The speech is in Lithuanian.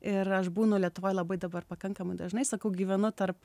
ir aš būnu lietuvoj labai dabar pakankamai dažnai sakau gyvenu tarp